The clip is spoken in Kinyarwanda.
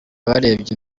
barebye